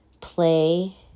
play